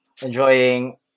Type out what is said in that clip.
Enjoying